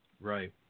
Right